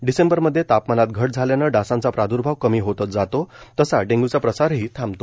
डिसेंबरमध्ये तापमानात घट झाल्यानं डासांचा प्रादुर्भाव कमी होत जातो तसा डेंग्यूचा प्रसारही थांबतो